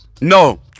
No